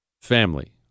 Family